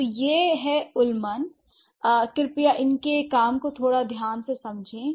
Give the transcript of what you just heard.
तो यह है उल्मन कृपया इनके काम को थोड़ा और ध्यान से समझे १९६४